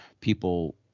people